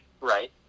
Right